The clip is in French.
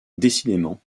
décidément